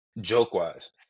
joke-wise